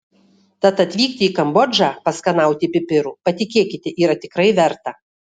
tad atvykti į kambodžą paskanauti pipirų patikėkite yra tikrai verta